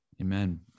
Amen